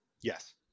Yes